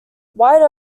white